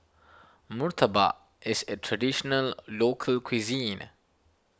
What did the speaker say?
Murtabak is a Traditional Local Cuisine